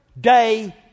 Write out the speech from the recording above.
Day